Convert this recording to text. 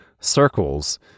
circles